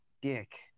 dick